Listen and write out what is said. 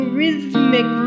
rhythmic